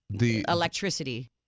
electricity